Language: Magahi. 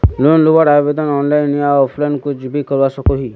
लोन लुबार आवेदन ऑनलाइन या ऑफलाइन कुछ भी करवा सकोहो ही?